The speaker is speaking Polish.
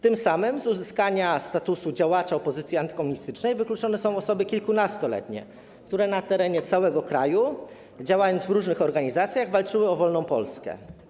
Tym samym z uzyskania statusu działacza opozycji antykomunistycznej wykluczone są osoby wtedy kilkunastoletnie, które na terenie całego kraju, działając w różnych organizacjach, walczyły o wolną Polskę.